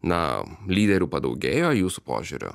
na lyderių padaugėjo jūsų požiūriu